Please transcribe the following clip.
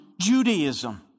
Judaism